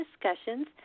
discussions